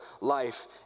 life